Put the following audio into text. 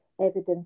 evidence